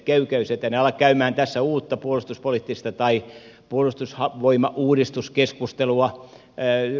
en ala käymään tässä uutta puolustusvoimauudistus tai puolustuspoliittista keskustelua